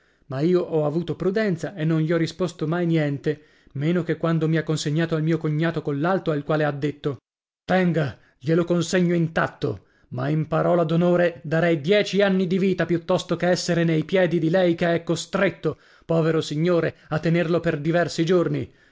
ma io ho avuto prudenza e non gli ho risposto mai niente meno che quando mi ha consegnato al mio cognato collalto al quale ha detto tenga glielo consegno intatto ma in parola d'onore darei dieci anni di vita piuttosto che essere nei piedi di lei che è costretto povero signore a tenerlo per diversi giorni